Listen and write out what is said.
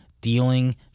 dealing